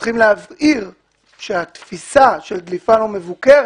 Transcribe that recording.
צריך להבהיר שהתפיסה של דליפה לא מבוקרת